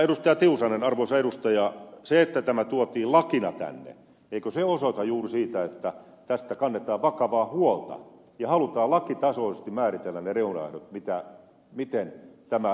tiusanen arvoisa edustaja eikö se että tämä tuotiin lakina tänne osoita juuri sitä että tästä kannetaan vakavaa huolta ja halutaan lakitasoisesti määritellä ne reunaehdot miten tämä hotellikorjaus tulee tehdä